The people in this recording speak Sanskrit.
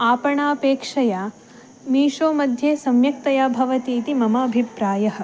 आपणापेक्षया मीशो मध्ये सम्यक्तया भवतीति मम अभिप्रायः